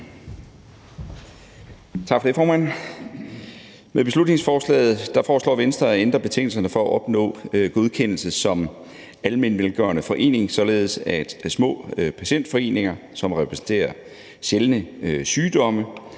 Med beslutningsforslaget foreslår Venstre at ændre betingelserne for at opnå godkendelse som almenvelgørende forening, således at små patientforeninger, som repræsenterer sjældne sygdomme,